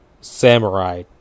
samurai